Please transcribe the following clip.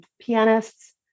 pianists